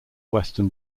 western